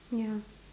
ya